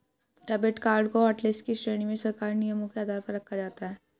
debit card को hotlist की श्रेणी में सरकारी नियमों के आधार पर रखा जाता है